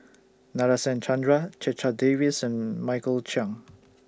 Nadasen Chandra Checha Davies and Michael Chiang